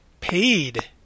Paid